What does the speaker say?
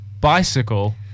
Bicycle